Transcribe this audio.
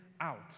out